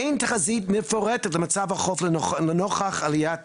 אין תחזית מפורטת במצב החוף לנוכח עליית